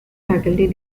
faculty